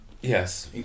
Yes